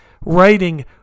writing